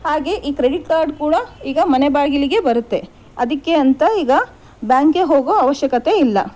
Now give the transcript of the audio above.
ಹಾಗೆ ಈ credit card ಕೂಡ ಈಗ ಮನೆ ಬಾಗಿಲಿಗೆ ಬರುತ್ತೆ ಅದಕ್ಕೆ ಅಂತ ಈಗ ಬ್ಯಾಂಕ್ಗೆ ಹೋಗೊ ಅವಶ್ಯಕತೆ ಇಲ್ಲ